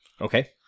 Okay